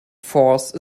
force